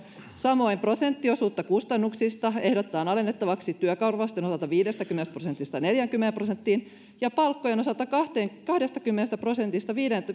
samoin prosenttiosuutta kustannuksista ehdotetaan alennettavaksi työkorvausten osalta viidestäkymmenestä prosentista neljäänkymmeneen prosenttiin ja palkkojen osalta kahdestakymmenestä prosentista